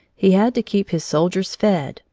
he had to keep his soldiers fed,